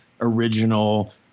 original